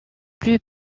plus